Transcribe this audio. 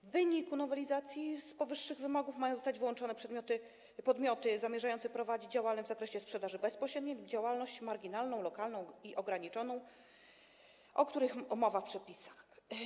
W wyniku nowelizacji z powyższych wymogów mają zostać wyłączone podmioty zamierzające prowadzić działalność w zakresie sprzedaży bezpośredniej, działalność marginalną, lokalną i ograniczoną, o których mowa w przepisach.